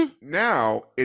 Now